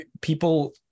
people